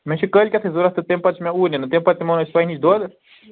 مےٚ چھِ کٲلۍکٮ۪تھٕے ضروٗرت تہٕ تَمہِ پتہٕ چھُِ مےٚ اوٗرۍ نیرُن تَمہِ پتہٕ نِمو نہٕ أسۍ تۄہہِ نِش دۄد